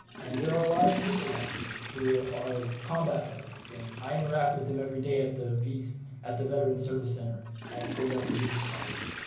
and there are a lot of people like me who ah are combat veterans. and i interact with them every day at the at the veterans service center at glendale community college.